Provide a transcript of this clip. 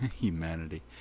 Humanity